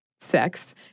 sex